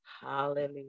Hallelujah